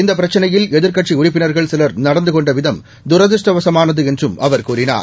இந்த பிரச்சிளையில் எதிர்க்கடசி உறுப்பினர்கள் சிலர் நடந்து கொண்ட விதம் தூதிருஷ்டவசமானது என்றும் அவர் கூறினார்